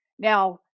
Now